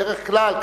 בדרך כלל,